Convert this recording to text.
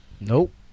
Nope